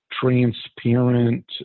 transparent